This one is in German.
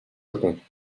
rücken